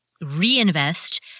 reinvest